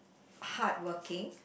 hardworking